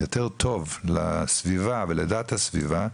יותר טוב לסביבה ולדת הסביבה,